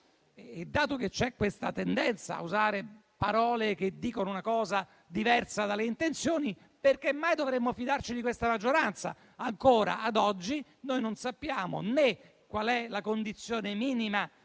dato che c'è questa tendenza a usare parole che dicono una cosa diversa dalle intenzioni, perché mai dovremmo fidarci di questa maggioranza? Ancora ad oggi non sappiamo né quale sia la condizione minima